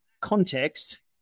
Context